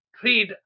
trade